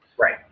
Right